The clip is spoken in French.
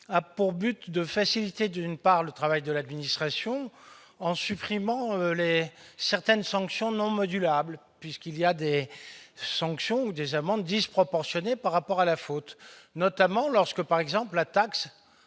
a pour but de faciliter, d'une part, le travail de l'administration, en supprimant les certaines sanctions non modulable puisqu'il y a des sanctions ou des amendes disproportionnées par rapport à la faute, notamment lorsque par exemple la taxe